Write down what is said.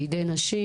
בידי נשים,